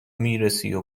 میرسی